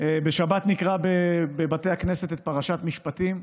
בשבת נקרא בבתי הכנסת את פרשת משפטים.